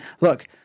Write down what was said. look